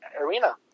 arena